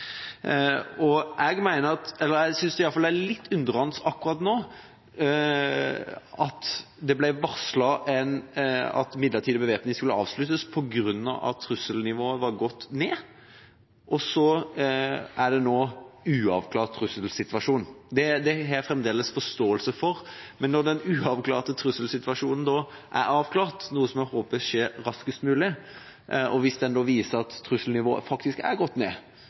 Jeg er nå litt undrende til at det ble varslet at den midlertidige bevæpninga skulle avsluttes på grunn av at trusselnivået var gått ned, og at det nå er en uavklart trusselsituasjon. Det har jeg fremdeles forståelse for, men når den uavklarte trusselsituasjonen blir avklart – noe som jeg håper skjer raskest mulig – og hvis det viser seg at trusselnivået faktisk har gått ned,